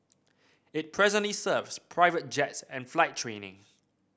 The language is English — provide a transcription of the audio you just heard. it presently serves private jets and flight training